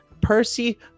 Percy